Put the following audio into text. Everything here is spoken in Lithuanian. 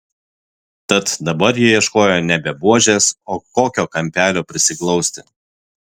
tad dabar jie ieškojo nebe buožės o kokio kampelio prisiglausti